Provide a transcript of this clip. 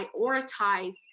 prioritize